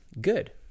good